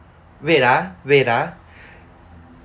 wait ah wait ah